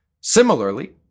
Similarly